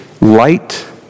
Light